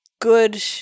Good